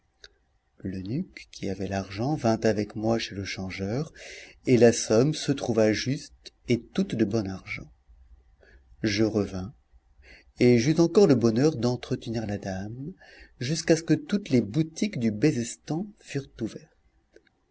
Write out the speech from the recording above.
l'eunuque qui avait l'argent vint avec moi chez le changeur et la somme se trouva juste et toute de bon argent je revins et j'eus encore le bonheur d'entretenir la dame jusqu'à ce que toutes les boutiques du bezestan furent ouvertes